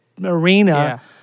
arena